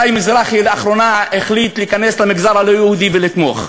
המזרחי אולי המזרחי לאחרונה החליט להיכנס למגזר הלא-יהודי ולתמוך.